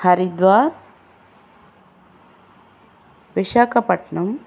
Haridwar Visakhapatnam